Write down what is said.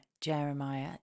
Jeremiah